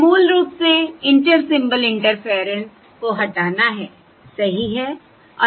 यह मूल रूप से इंटर सिंबल इंटरफेयरेंस को हटाना हैसही है